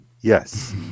Yes